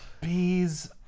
bees